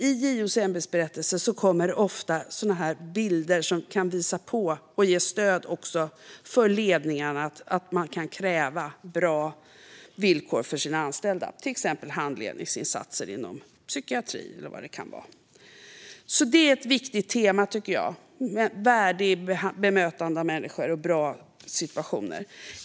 I JO:s ämbetsberättelse kommer det ofta bilder som kan visa på och ge stöd för ledningar i att kräva bra villkor för sina anställda, till exempel hanledningsinsatser inom psykiatrin eller vad det kan vara. Detta tycker jag är ett viktigt tema: värdigt bemötande av människor och bra situationer.